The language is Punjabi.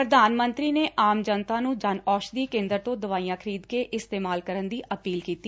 ਪ੍ਰਧਾਨ ਮੰਤਰੀ ਨੇ ਅੱਜ ਆਮ ਜਨਤਾ ਨੂੰ 'ਜਨ ਔਸ਼ਧੀ ਕੇ'ਦਰ ਤੋ' ਦਵਾਈਆਂ ਖਰੀਦ ਕੇ ਇਸਤੇਮਾਲ ਕਰਨ ਦੀ ਅਪੀਲ ਕੀਤੀ